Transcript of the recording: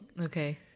Okay